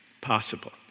possible